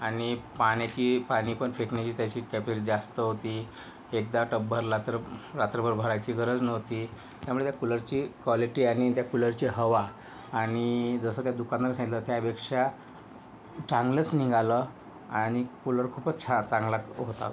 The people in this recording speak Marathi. आणि पाण्याची पाणी पण फेकण्याची त्याची कॅपॅसिटी जास्त होती एकदा टब भरला तर रात्रभर भरायची गरज नव्हती त्यामुळे त्या कूलरची क्वालिटी आणि त्या कूलरची हवा आणि जसं त्या दुकानदारानं सांगितलं त्यापेक्षा चांगलंच निघालं आणि कूलर खूपच छान चांगला होता